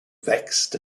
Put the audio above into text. vexed